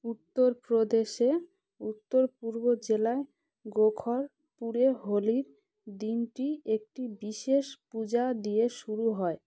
উত্তরপ্রদেশে উত্তর পূর্ব জেলায় গোরখপুরে হোলির দিনটি একটি বিশেষ পূজা দিয়ে শুরু হয়